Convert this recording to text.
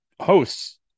hosts